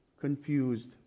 confused